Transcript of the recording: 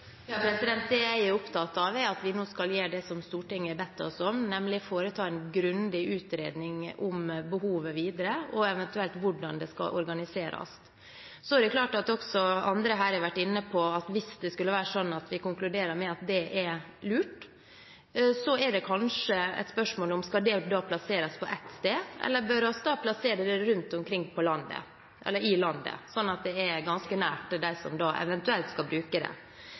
Det jeg er opptatt av, er at vi nå skal gjøre det som Stortinget har bedt om oss, nemlig å foreta en grundig utredning om behovet videre og eventuelt hvordan det skal organiseres. Så er det klart, som også andre her har vært inne på, at hvis vi konkluderer med at det er lurt, er det kanskje et spørsmål om det skal plasseres på ett sted, eller om det bør plasseres rundt omkring i landet, slik at det er ganske nær dem som eventuelt skal bruke det.